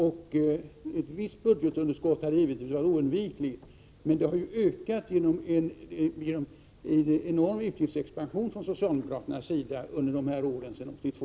Ett visst budgetunderskott är oundvikligt. Men statsskulden har ju ökat genom socialdemokraternas enorma utgiftsexpansion sedan 1982.